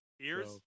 Ears